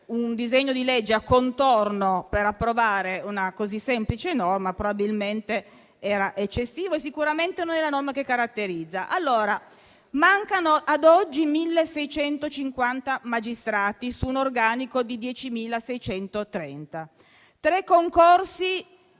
un disegno di legge a contorno per approvare una così semplice norma, probabilmente era eccessivo e sicuramente non è la norma che caratterizza. Mancano ad oggi 1.650 magistrati su un organico di 10.630. Tre concorsi